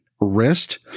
wrist